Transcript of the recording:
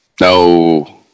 No